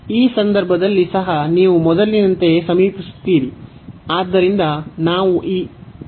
ಈ ಸಂದರ್ಭದಲ್ಲಿ ಸಹ ನೀವು ಮೊದಲಿನಂತೆಯೇ ಸಮೀಪಿಸುತ್ತೀರಿ